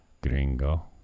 Gringo